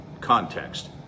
context